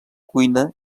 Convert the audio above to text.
cuina